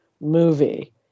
movie